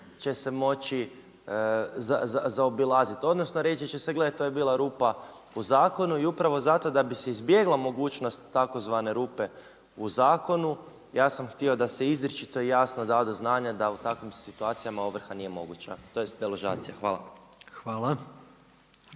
će se moći zaobilaziti, odnosno reći će se gledaj to je bila rupa u zakonu. I upravo zato da bi se izbjegla mogućnost tzv. rupe u zakonu ja sam htio da se izričito jasno da do znanja da u takvim situacijama ovrha nije moguća, tj. deložacija. Hvala.